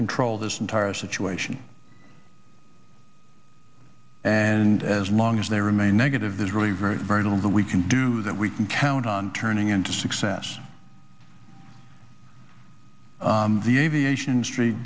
control this entire situation and as long as they remain negative there's really very very little that we can do that we can count on turning into success the aviation industry